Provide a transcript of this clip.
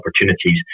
opportunities